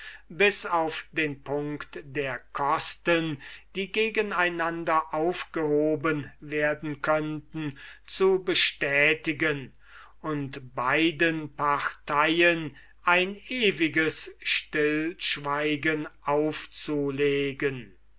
bis auf den punkt der kosten die gegen einander aufgehoben werden könnten zu bestätigen und beiden parteien ein ewiges stillschweigen aufzulegen